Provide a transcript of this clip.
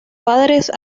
padres